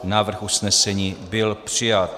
Návrh usnesení byl přijat.